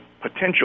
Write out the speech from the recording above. potential